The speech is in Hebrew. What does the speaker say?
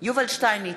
יובל שטייניץ,